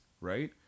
right